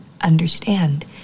understand